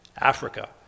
Africa